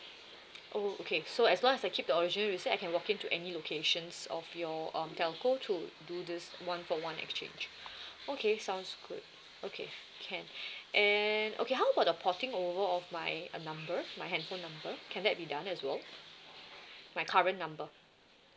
oh okay so as long as I keep the original receipt I can walk in to any locations of your um telco to do this one for one exchange okay sounds good okay can and okay how about the porting over of my number my handphone number can that be done as well my current number